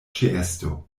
ĉeesto